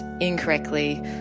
incorrectly